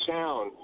town